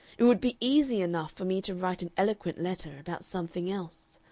it would be easy enough for me to write an eloquent letter about something else.